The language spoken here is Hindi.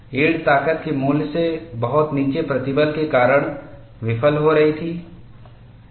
यील्ड ताकत के मूल्य से बहुत नीचे प्रतिबल के कारण विफल हो रही थीं